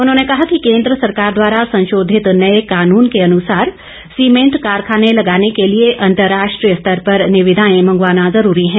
उन्होंने कहा कि केंद्र सरकार द्वारा संशोधित नए कानून के अनुसार सीमेंट कारखाने लगाने के लिए अंतर्राष्ट्रीय स्तर पर निविदाए मंगवाना जरूरी है